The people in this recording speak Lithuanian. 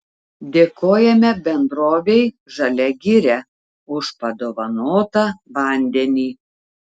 dėkojame bendrovei žalia giria už padovanotą vandenį